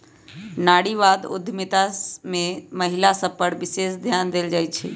नारीवाद उद्यमिता में महिला सभ पर विशेष ध्यान देल जाइ छइ